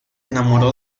enamoró